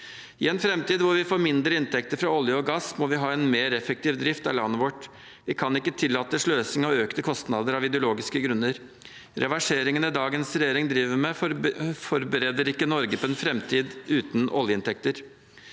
I en framtid hvor vi får mindre inntekter fra olje og gass, må vi ha en mer effektiv drift av landet vårt. Vi kan ikke tillate sløsing og økte kostnader av ideologiske grunner. Reverseringene dagens regjering driver med, forbereder ikke Norge på en framtid uten oljeinntekter.